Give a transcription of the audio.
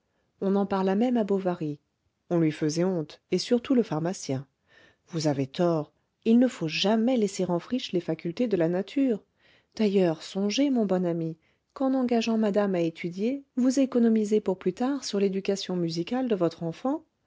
on en parla même à bovary on lui faisait honte et surtout le pharmacien vous avez tort il ne faut jamais laisser en friche les facultés de la nature d'ailleurs songez mon bon ami qu'en engageant madame à étudier vous économisez pour plus tard sur l'éducation musicale de votre enfant